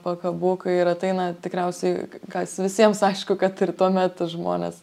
pakabukai ir ateina tikriausiai kas visiems aišku kad ir tuomet žmonės